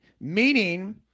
meaning